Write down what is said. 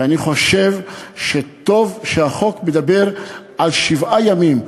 ואני חושב שטוב שהחוק מדבר על שבעה ימים,